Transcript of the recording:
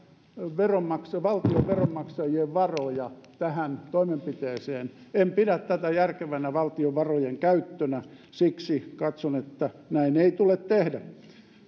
valtion eli veronmaksajien varoja tähän toimenpiteeseen en pidä tätä järkevänä valtion varojen käyttönä siksi katson että näin ei tule tehdä